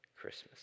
Christmas